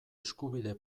eskubide